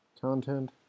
content